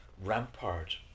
Rampart